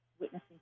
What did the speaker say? witnessing